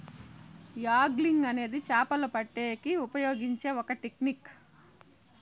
angling అనేది చాపలు పట్టేకి ఉపయోగించే ఒక టెక్నిక్